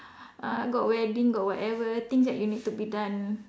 uh got wedding got whatever things that you need to be done